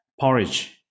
porridge